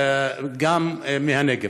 גם הוא מהנגב.